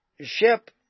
ship